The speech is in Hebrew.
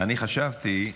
אני חשבתי,